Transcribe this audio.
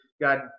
god